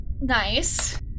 Nice